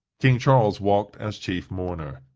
king charles walked as chief mourner.